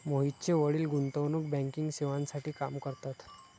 मोहितचे वडील गुंतवणूक बँकिंग सेवांसाठी काम करतात